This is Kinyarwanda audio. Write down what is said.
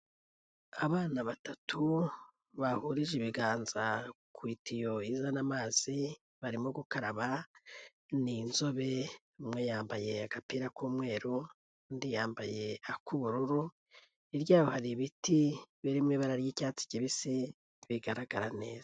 Abana batatu bahurije ibiganza ku itiyo izana amazi, barimo gukaraba ni inzobe, umwe yambaye agapira k'umweru, undi yambaye ak'ubururu, hirya yabo hari ibiti birimo ibara ry'icyatsi kibisi bigaragara neza.